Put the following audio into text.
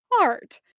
art